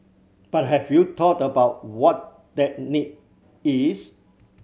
but have you thought about what that need is